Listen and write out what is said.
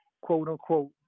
quote-unquote